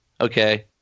Okay